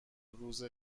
روز